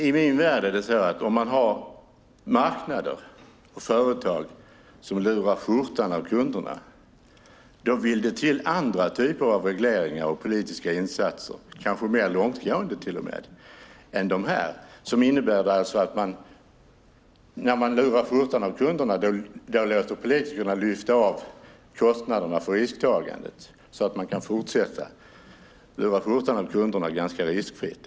Herr talman! Om det finns marknader och företag som lurar skjortan av kunderna vill det till andra typer av regleringar och politiska insatser, kanske till och med mer långtgående än de här, som ju innebär att om man lurar skjortan av kunderna lyfter politikerna av kostnaderna för risktagandet, så att man kan fortsätta att lura skjortan av kunderna ganska riskfritt.